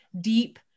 deep